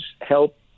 help